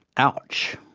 ouch.